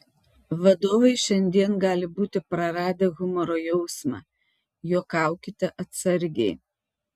vadovai šiandien gali būti praradę humoro jausmą juokaukite atsargiai